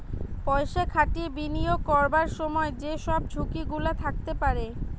পয়সা খাটিয়ে বিনিয়োগ করবার সময় যে সব ঝুঁকি গুলা থাকতে পারে